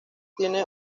tiene